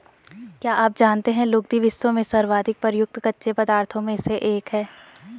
क्या आप जानते है लुगदी, विश्व में सर्वाधिक प्रयुक्त कच्चे पदार्थों में से एक है?